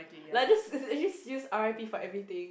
like just just use R_I_P for everything